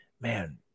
man